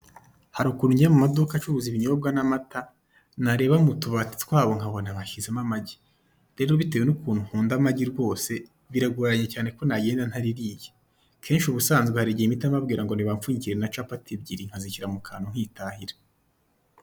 Hari ukuntu ngera mu maduka acuruza ibinyobwa n'amata, nareba mu tubati twabo nkabona bashyizemo amagi rero bitewe n'ukuntu nkunda amagi rwose , biragoranye cyane ko nagenda ntaririye kenshi ubusanzwe hari igihe mpita mbabwira ngo nibamfunyikire na capati ebyiri nkazishyira mu kantu nkitahira.